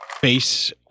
face